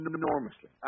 enormously